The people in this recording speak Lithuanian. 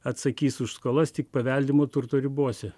atsakys už skolas tik paveldimo turto ribose